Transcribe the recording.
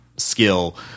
Skill